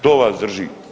To vam drži.